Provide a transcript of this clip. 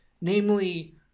Namely